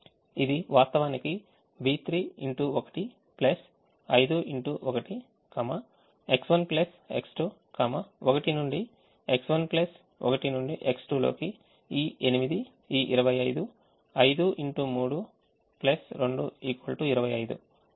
ఇది వాస్తవానికి B3 x 1 X1 X2 1 నుండి X1 1 నుండి X2 లోకి ఈ 8 ఈ 25 5 x 3 2 25